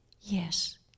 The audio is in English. yes